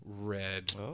red